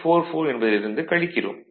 44 என்பதில் இருந்து கழிக்கிறோம்